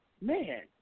Man